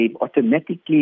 automatically